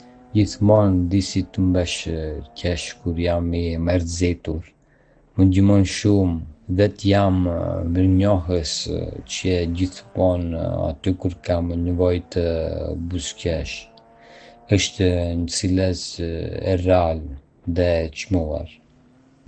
Gjithmonë di si të më bësh të qesh kur jam i mërzitur... më ndihmon shumë dhe të jam mirënjohës që je gjithmonë aty kur kam nevojë të buzëqesh. Është një cilësi e rrallë dhe e çmuar.